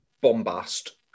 bombast